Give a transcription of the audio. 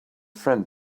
friend